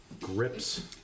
grips